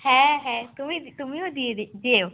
হ্যাঁ হ্যাঁ তুমি তুমিও দিয়ে দি যেও